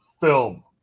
Film